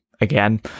again